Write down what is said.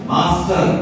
Master